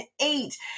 eight